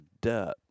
dirt